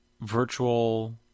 Virtual